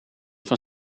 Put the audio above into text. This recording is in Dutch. van